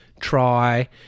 try